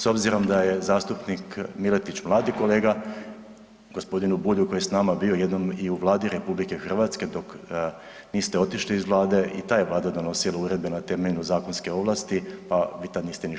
S obzirom da je zastupnik Miletić mladi kolega, gospodinu Bulju koji je s nama bio jednom i u Vladi RH dok niste otišli iz Vlade i ta je Vlada donosila uredbe na temelju zakonske ovlasti, pa vi tad ništa niste govorili.